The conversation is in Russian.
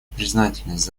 признательность